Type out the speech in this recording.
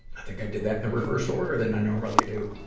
i think i did that in the reverse order than i normally do.